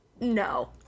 no